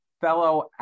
fellow